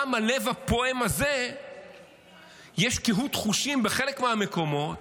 גם ללב הפועם הזה יש קהות חושים, בחלק מהמקומות,